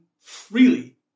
freely